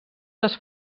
les